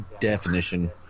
definition